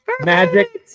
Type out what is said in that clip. magic